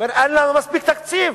הוא אומר: אין לנו מספיק תקציב.